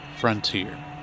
Frontier